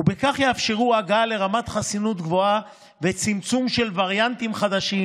ובכך יאפשרו הגעה לרמת חסינות גבוהה וצמצום של וריאנטים חדשים,